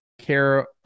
care